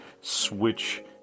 switch